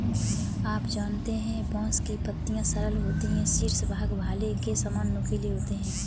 आप जानते है बांस की पत्तियां सरल होती है शीर्ष भाग भाले के सामान नुकीले होते है